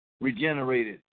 regenerated